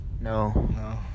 No